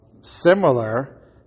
similar